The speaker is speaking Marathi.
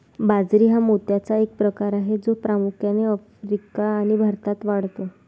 बाजरी हा मोत्याचा एक प्रकार आहे जो प्रामुख्याने आफ्रिका आणि भारतात वाढतो